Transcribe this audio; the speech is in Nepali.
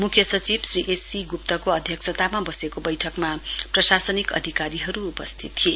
म्ख्य सचिव श्री एससी गुप्तको अध्यक्षतामा बसेको बैठकमा प्रशासनिक अधिकारीहरू उपस्थित थिए